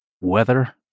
weather